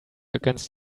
against